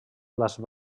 las